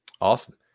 Awesome